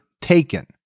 taken